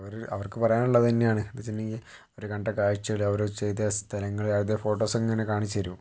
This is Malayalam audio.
അവർ അവർക്ക് പറയാനുള്ളത് തന്നെയാണ് എന്ന് വെച്ചിട്ടുണ്ടെങ്കിൽ അവർ കണ്ട കാഴ്ചകൾ അവർ ചെന്ന സ്ഥലങ്ങൾ അത് ഫോട്ടോസിങ്ങനെ കാണിച്ച് തരും